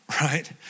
Right